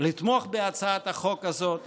לתמוך בהצעת החוק הזאת.